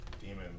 demons